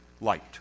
light